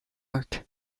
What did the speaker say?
work